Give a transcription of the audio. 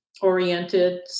oriented